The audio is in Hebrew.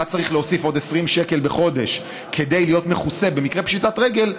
אתה צריך להוסיף עוד 20 שקל בחודש כדי להיות מכוסה במקרה פשיטת רגל,